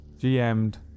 GM'd